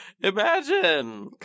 Imagine